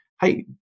Hey